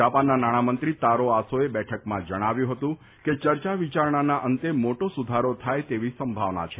જાપાનના નાણામંત્રી તારો આસોએ બેઠકમાં જણાવ્યું હતું કે ચર્ચા વિચારણાના અંતે મોટો સુધારો થાય તેવી સંભાવના છે